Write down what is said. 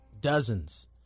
dozens